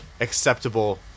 acceptable